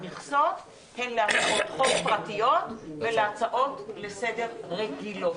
המכסות הן להצעות פרטיות והצעות לסדר רגילות.